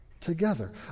together